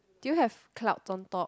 do you have cloud on top